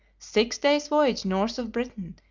six days' voyage north of britain,